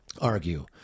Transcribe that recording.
argue